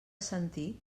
sentir